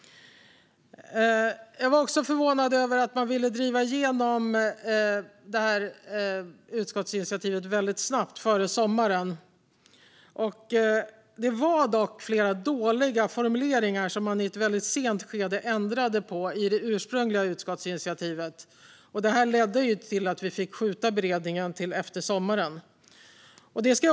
Jag var också förvånad över att man ville driva igenom detta utskottsinitiativ väldigt snabbt före sommaren. Det var dock flera dåliga formuleringar som man i ett väldigt sent skede ändrade i det ursprungliga utskottsinitiativet, och det ledde till att vi fick skjuta upp beredningen till efter sommaren.